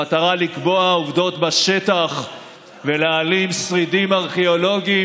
במטרה לקבוע עובדות בשטח ולהעלים שרידים ארכיאולוגיים